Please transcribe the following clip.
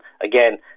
again